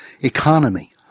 economy